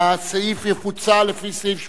הסעיף יפוצל לפי סעיף 84(ב).